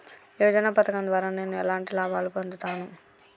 యోజన పథకం ద్వారా నేను ఎలాంటి లాభాలు పొందుతాను?